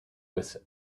with